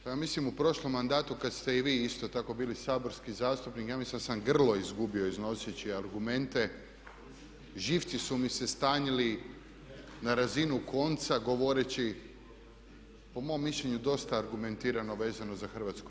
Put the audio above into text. Pa ja mislim u prošlom mandatu kad ste i vi isto tako bili saborski zastupnik, ja mislim da sam grlo izgubio iznoseći argumente, živci su mi se stanjili na razinu konca govoreći po mom mišljenju dosta argumentirano vezano za HRT.